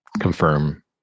confirm